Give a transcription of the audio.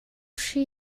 hri